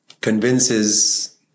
convinces